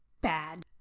bad